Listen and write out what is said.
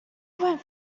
went